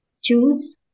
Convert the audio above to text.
choose